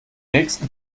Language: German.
nächsten